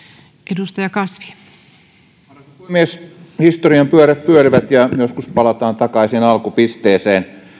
arvoisa puhemies historian pyörät pyörivät ja joskus palataan takaisin alkupisteeseen